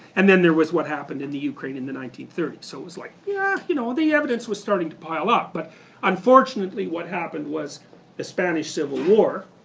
and then there was what happened in the ukraine in the nineteen thirty so s. like yeah you know the evidence was starting to pile up, but unfortunately what happened was the spanish civil war,